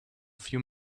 few